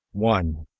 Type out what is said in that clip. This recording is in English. one.